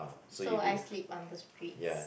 so I sleep on the streets